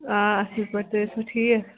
آ اَصٕل پٲٹھۍ تُہۍ ٲسۍوٕ ٹھیٖک